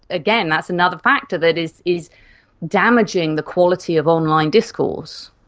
again, that's another factor that is is damaging the quality of online discourse.